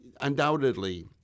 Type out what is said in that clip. undoubtedly